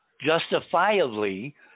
justifiably